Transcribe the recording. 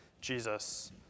Jesus